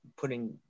putting